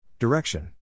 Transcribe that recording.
Direction